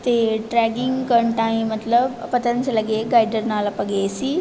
ਅਤੇ ਟ੍ਰੈਗਿੰਗ ਕਰਨ ਟਾਇਮ ਮਤਲਬ ਆਪਾਂ ਤੁਰੰਤ ਚਲੇ ਗਏ ਗਾਇਡਰ ਨਾਲ ਆਪਾਂ ਗਏ ਸੀ